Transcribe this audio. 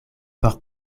por